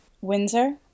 Windsor